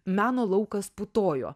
meno laukas putojo